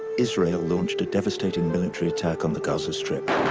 israel launched a devastating military attack on the gaza strip.